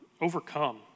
overcome